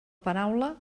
paraula